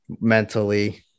mentally